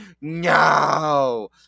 no